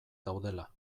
daudela